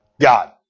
God